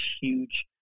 huge